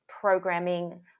programming